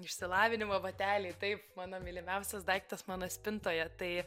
išsilavinimo bateliai taip mano mylimiausias daiktas mano spintoje tai